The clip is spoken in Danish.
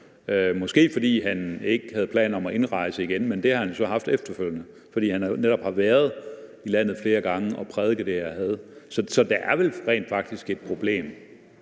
måske fordi han ikke havde planer om at indrejse igen, men det har han jo så haft efterfølgende, for han har netop været i landet flere gange og prædiket det her had. Så der er vel rent faktisk et problem.